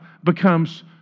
becomes